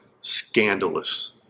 scandalous